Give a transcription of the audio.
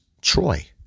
Troy